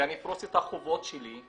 ואני אפרוס את החובות שלי,